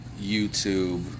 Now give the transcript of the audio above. YouTube